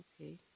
Okay